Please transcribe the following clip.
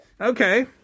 Okay